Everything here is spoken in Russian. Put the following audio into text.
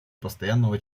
постоянного